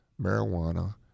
marijuana